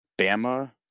Bama